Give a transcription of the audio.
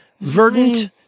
verdant